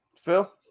Phil